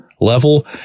level